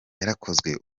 yarakozwe